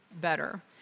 better